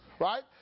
Right